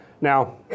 Now